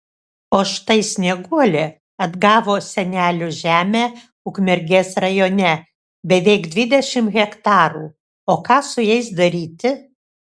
o štai snieguolė atgavo senelių žemę ukmergės rajone beveik dvidešimt hektarų o ką su ja daryti